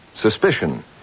Suspicion